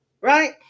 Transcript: right